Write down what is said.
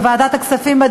בדיונים בוועדת הכספים.